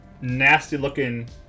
nasty-looking